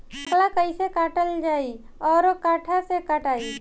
बाकला कईसे काटल जाई औरो कट्ठा से कटाई?